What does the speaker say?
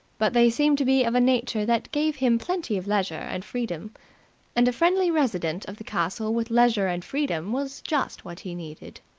but they seemed to be of a nature that gave him plenty of leisure and freedom and a friendly resident of the castle with leisure and freedom was just what he needed.